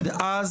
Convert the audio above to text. בסדר,